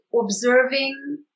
observing